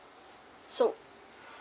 so